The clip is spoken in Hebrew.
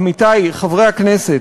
עמיתי חברי הכנסת,